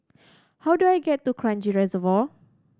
how do I get to Kranji Reservoir